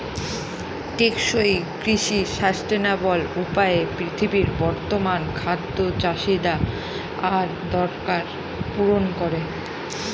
টেকসই কৃষি সাস্টেইনাবল উপায়ে পৃথিবীর বর্তমান খাদ্য চাহিদা আর দরকার পূরণ করে